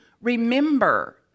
remember